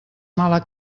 mala